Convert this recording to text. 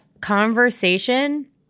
conversation